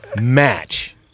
match